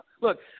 Look